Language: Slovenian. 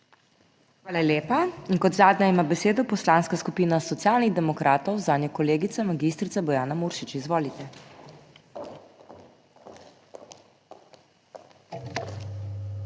Hvala lepa. In kot zadnja ima besedo Poslanska skupina Socialnih demokratov, zanjo kolegica magistrica Bojana Muršič. Izvolite. MAG.